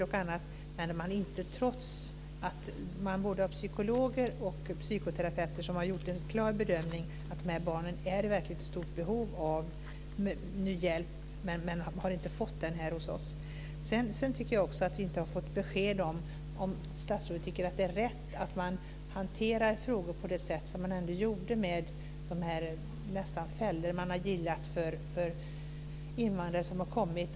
Och både psykologer och psykoterapeuter har gjort en klar bedömning av att dessa barn är i verkligt stort behov av hjälp, men de har inte fått den här hos oss. Jag tycker inte heller att vi har fått besked om huruvida statsrådet tycker att det är rätt att man hanterar frågor på det sätt som man ändå gjorde då man nästan har gillrat fällor för invandrare som har kommit.